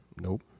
Nope